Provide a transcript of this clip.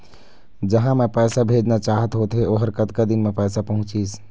जहां मैं पैसा भेजना चाहत होथे ओहर कतका दिन मा पैसा पहुंचिस?